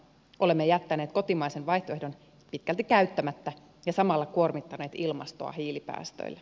olemme jättäneet kotimaisen vaihtoehdon pitkälti käyttämättä ja samalla kuormittaneet ilmastoa hiilipäästöillä